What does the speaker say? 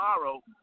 tomorrow